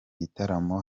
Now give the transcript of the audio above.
gitaramo